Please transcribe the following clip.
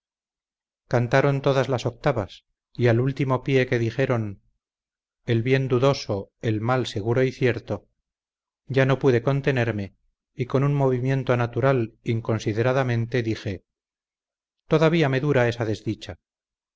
cantaron todas las octavas y al último pie que dijeron ya no pude contenerme y con un movimiento natural inconsideradamente dije todavía me dura esa desdicha